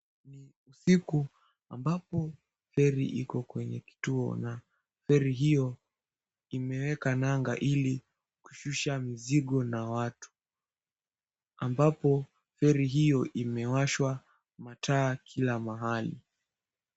Ni usiku ambapo feri iko kwenye kituo na feri hiyo imeweka nanga ili kususha mizigo na watu ambapo feri hiyo imewashwa mataa kila mahali.